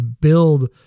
build